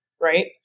Right